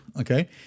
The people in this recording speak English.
okay